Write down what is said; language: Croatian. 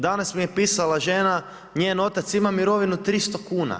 Danas mi je pisala žena, njen otac ima mirovinu 300 kuna.